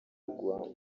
rwa